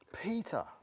Peter